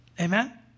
Amen